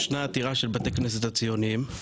ישנה עתירה של בתי הכנסת הציוניים,